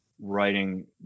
writing